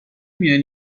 میان